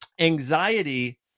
anxiety